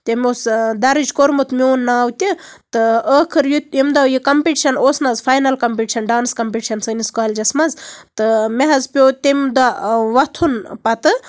تٔمۍ اوس دَرٕج کوٚرمُت میون ناو تہِ تہٕ ٲخٕر ییٚتۍ ییٚمہِ دۄہ یہِ کَمپِٹشن اوس نٔظ فاینَل کَمپِٹشن ڈانٔس کَمپِٹشَن سٲنِس کولجَس منٛز تہٕ مےٚ حظ پیوٚو تَمہِ دۄہ وۄتھُن پَتہٕ